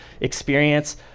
experience